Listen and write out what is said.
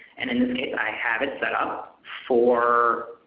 and in this case, i have it set um up for,